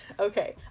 Okay